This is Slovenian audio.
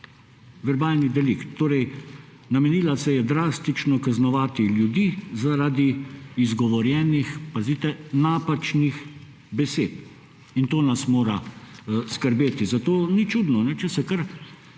verbalni delikt. Torej namenila se je drastično kaznovati ljudi zaradi izgovorjenih – pazite! – napačnih besed. In to nas mora skrbeti. Zato ni čudno, če se kar